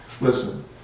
Listen